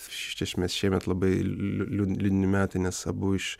iš esmės šiemet labai liū liūdni liūdni metai nes abu iš